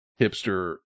hipster